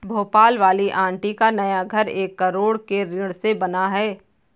भोपाल वाली आंटी का नया घर एक करोड़ के ऋण से बना है